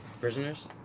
Prisoners